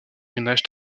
pèlerinage